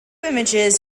images